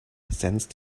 sensed